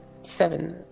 Seven